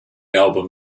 album